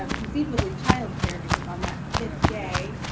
um conceivably childcare, because on that fifth day,